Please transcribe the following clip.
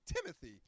Timothy